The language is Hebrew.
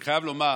אני חייב לומר